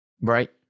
Right